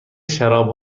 شراب